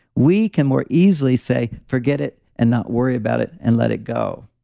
we can more easily say, forget it, and not worry about it and let it go.